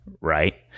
right